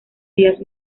días